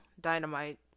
Dynamite